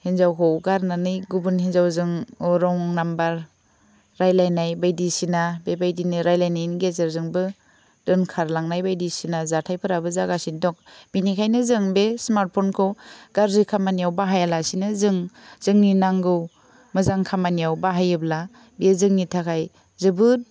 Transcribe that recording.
हिन्जावखौ गारनानै गुबुन हिन्जावजों रं नाम्बार रायलाइनाय बायदिसिना बेबायदिनो रायलाइनायनि गेजेरजोंबो दोनखारलांनाय बायदिसिना जाथाइफ्राबो जागासिनो दं बेनिखायनो जों बे स्मार्ट फन खौ गाज्रि खामानियाव बाहायालासिनो जों जोंनि नांगौ मोजां खामानियाव बाहायोब्ला बे जोंनि थाखाय जोबोद